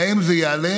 להם זה יעלה,